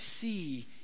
see